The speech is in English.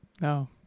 No